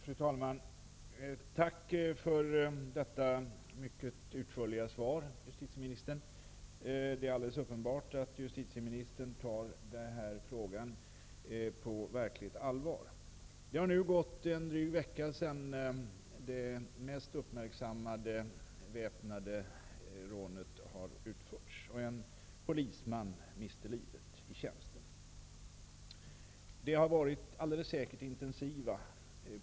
Fru talman! Tack för detta mycket utförliga svar. Det är alldeles uppenbart att justitieministern tar den här frågan på verkligt allvar. Det har nu gått en dryg vecka sedan det mest uppmärksammade väpnade rånet utfördes och en polisman miste livet i tjänsten. Det har bedrivits polisspaningar som alldeles säkert varit intensiva.